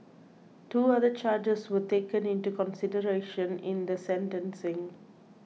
two other charges were taken into consideration in the sentencing